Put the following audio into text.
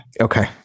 Okay